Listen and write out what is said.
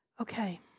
Okay